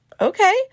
okay